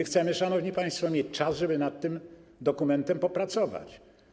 Chcemy, szanowni państwo, mieć czas, żeby nad tym dokumentem popracować.